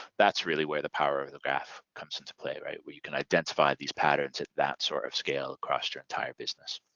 that's really where the power of the graph comes in to play, where you can identify these patterns at that sort of scale across your entire business.